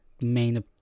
main